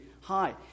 Hi